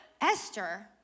Esther